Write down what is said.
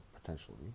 potentially